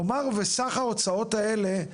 נאמר וסך ההוצאות האלה,